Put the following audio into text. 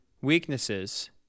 weaknesses